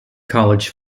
college